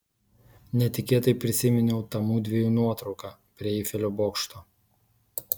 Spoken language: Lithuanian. netikėtai prisiminiau tą mudviejų nuotrauką prie eifelio bokšto